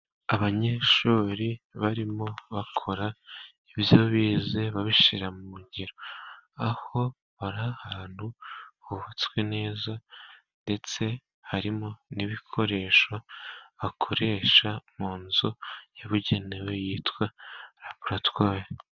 Abanyeshuri barimo bakora ibyo bize babishyira mu ngiro, aho bari ahantu hubatswe neza, ndetse harimo n'ibikoresho bakoresha mu nzu yabugenewe yitwa raboratwari.